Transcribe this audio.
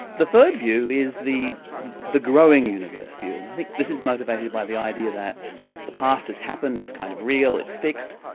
the third view is the the growing universe view, and i think this is motivated by the idea that the past has happened, it's kind of real, it's fixed,